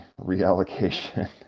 reallocation